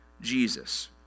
Jesus